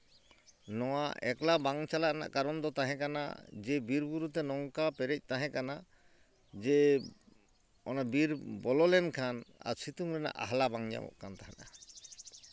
ᱱᱚᱣᱟ ᱮᱠᱞᱟ ᱵᱟᱝ ᱪᱟᱞᱟᱜ ᱨᱮᱱᱟᱜ ᱠᱟᱨᱚᱱ ᱫᱚ ᱛᱟᱦᱮᱠᱟᱱᱟ ᱡᱮ ᱵᱤᱨ ᱵᱩᱨᱩ ᱛᱮ ᱱᱚᱝᱠᱟ ᱯᱮᱨᱮᱡ ᱛᱟᱦᱮᱠᱟᱱᱟ ᱡᱮ ᱚᱱᱟ ᱵᱤᱨ ᱵᱚᱞᱚ ᱞᱮᱱᱠᱷᱟᱱ ᱟᱨ ᱥᱤᱛᱩᱝ ᱨᱮᱱᱟᱜ ᱟᱦᱞᱟ ᱵᱟᱝ ᱧᱟᱢᱚᱜ ᱠᱟᱱ ᱛᱟᱦᱮᱸᱫᱼᱟ